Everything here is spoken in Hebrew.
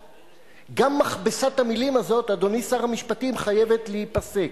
חבר הכנסת אריאל, אתה עם הגב לחבר סיעתך.